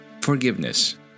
Forgiveness